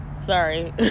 Sorry